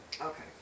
Okay